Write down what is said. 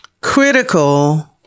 critical